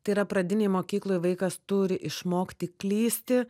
tai yra pradinėj mokykloj vaikas turi išmokti klysti